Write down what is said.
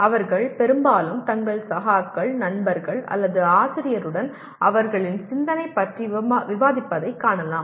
அவர்கள் பெரும்பாலும் தங்கள் சகாக்கள் நண்பர்கள் அல்லது ஆசிரியருடன் அவர்களின் சிந்தனை பற்றி விவாதிப்பதைக் காணலாம்